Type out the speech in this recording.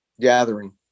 gathering